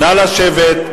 נא לשבת.